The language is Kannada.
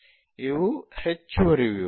ಇವು ಹೆಚ್ಚುವರಿ ವಿವರಗಳು